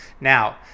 now